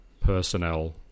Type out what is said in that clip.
personnel